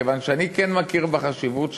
כיוון שאני כן מכיר בחשיבות שלה,